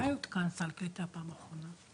מתי עודכן סל קליטה פעם אחרונה?